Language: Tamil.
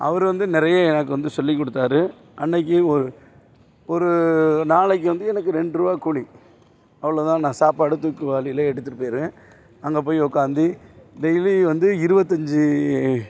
அவர் வந்து நிறைய எனக்கு வந்து சொல்லிக் கொடுத்தாரு அன்னைக்கு ஒரு ஒரு நாளைக்கு வந்து எனக்கு ரெண்டுரூவா கூலி அவ்வளோ தான் நான் சாப்பாடு தூக்கு வாளியில எடுத்துட்டுப் போயிடுவேன் அங்கே போய் உக்காந்து டெய்லி வந்து இருபத்தஞ்சு